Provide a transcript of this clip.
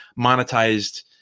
monetized